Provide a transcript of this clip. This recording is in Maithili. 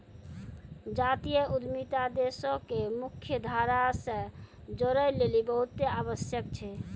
जातीय उद्यमिता देशो के मुख्य धारा से जोड़ै लेली बहुते आवश्यक छै